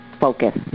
focus